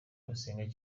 basenga